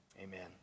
amen